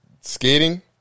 skating